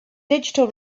digital